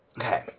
Okay